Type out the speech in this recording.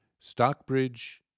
Stockbridge